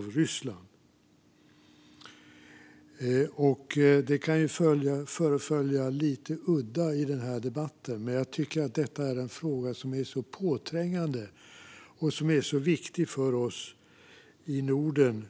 Frågan kan förefalla lite udda i denna debatt, men jag tycker att den är så påträngande och viktig för oss i Norden